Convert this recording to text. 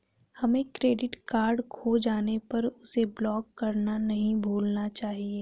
हमें credit card खो जाने पर उसे ब्लॉक करना नहीं भूलना चाहिए